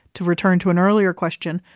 to return to an earlier question,